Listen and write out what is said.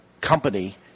company